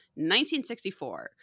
1964